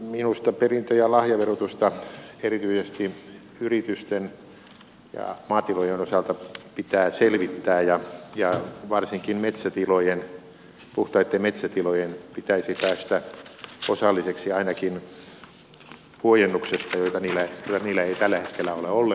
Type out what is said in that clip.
minusta perintö ja lahjaverotusta erityisesti yritysten ja maatilojen osalta pitää selvittää ja varsinkin puhtaitten metsätilojen pitäisi päästä osalliseksi ainakin huojennuksesta jota niillä ei tällä hetkellä ole ollenkaan